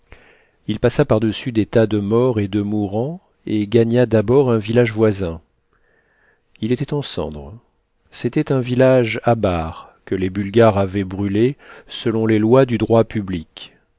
il passa par-dessus des tas de morts et de mourants et gagna d'abord un village voisin il était en cendres c'était un village abare que les bulgares avaient brûlé selon les lois du droit public